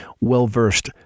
well-versed